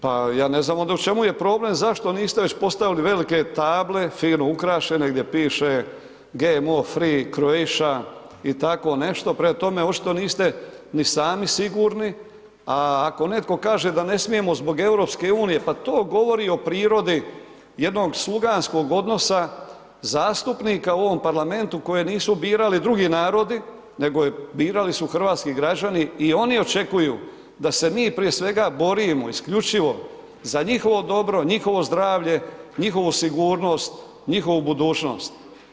Pa ja ne znam onda u čemu je problem, zašto niste već postavili velike table fino ukrašene gdje piše GMO free Croatia i tako nešto, prema tome očito niste ni sami sigurni, a ako netko kaže da ne smijemo zbog EU, pa to govori o prirodi jednog sluganskog odnosa zastupnika u ovom parlamentu koje nisu birali drugi narodi nego je birali su hrvatski građani i oni očekuju da se mi prije svega borimo isključivo za njihovo dobro, njihovo zdravlje, njihovu sigurnost, njihovu budućnost.